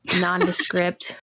nondescript